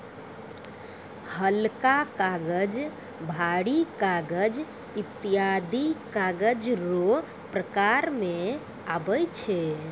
हलका कागज, भारी कागज ईत्यादी कागज रो प्रकार मे आबै छै